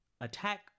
attack